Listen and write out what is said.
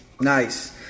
Nice